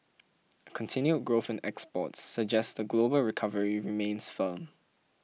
a continued growth in exports suggest the global recovery remains firm